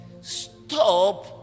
stop